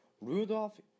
Rudolf